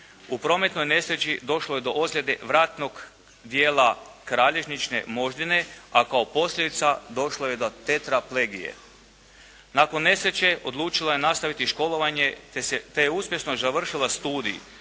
U prometnoj nesreći došlo je do ozljede vratnog dijela kralježnične moždine a kao posljedica došlo je do tetraplegije. Nakon nesreće odlučila je nastaviti školovanje te je uspješno završila studij,